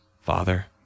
father